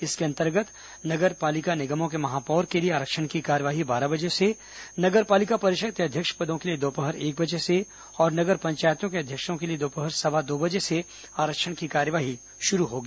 इसके अंतर्गत नगर पालिका निगमों के महापौर के लिए आरक्षण की कार्यवाही बारह बजे से नगर पालिका परिषद के अध्यक्ष पदों के लिए दोपहर एक बजे से और नगर पंचायतों के अध्यक्षों के लिए दोपहर सवा दो बजे से आरक्षण की कार्यवाही शुरू होगी